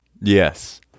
Yes